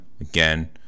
again